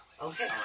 Okay